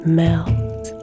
melt